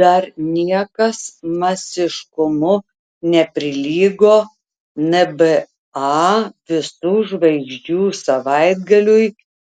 dar niekas masiškumu neprilygo nba visų žvaigždžių savaitgaliui